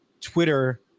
Twitter